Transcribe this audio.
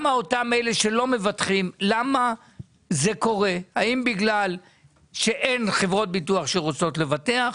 האם לא מבטחים בגלל שאין חברות ביטוח שרוצות לבטח,